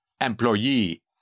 Employee